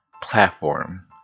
platform